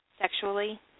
sexually